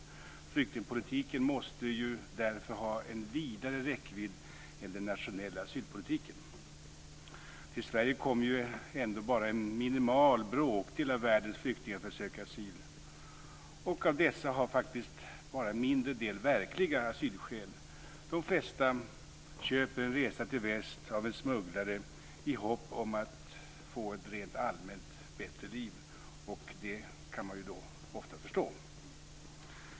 Flyktingpolitiken måste därför ha en vidare räckvidd än den nationella asylpolitiken. Till Sverige kommer ju ändå bara en minimal bråkdel av världens flyktingar för att söka asyl, och av dessa har faktiskt bara en mindre del verkliga asylskäl. De flesta köper en resa till väst av en smugglare i hopp om att få bättre liv rent allmänt, och det kan man ofta förstå.